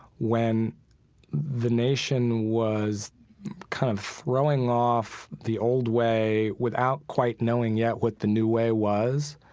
when the nation was kind of throwing off the old way without quite knowing yet what the new way was.